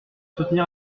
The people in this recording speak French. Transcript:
soutenir